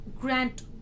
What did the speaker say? grant